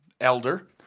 Elder